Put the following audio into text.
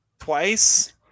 twice